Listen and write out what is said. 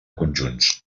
conjunts